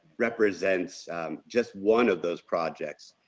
represents just one of those projects